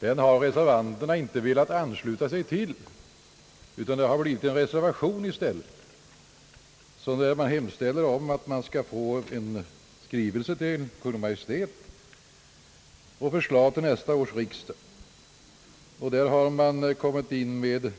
Den har reservanterna inte velat ansluta sig till, utan det har blivit en reservation där man hemställer om en skrivelse till Kungl. Maj:t och förslag till nästa års riksdag. Man har i reservationen